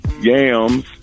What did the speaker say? yams